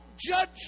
judge